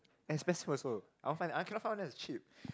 expensive also I want find I cannot find one that is cheap